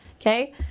okay